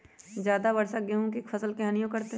ज्यादा वर्षा गेंहू के फसल के हानियों करतै?